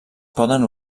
poden